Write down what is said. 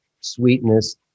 sweetness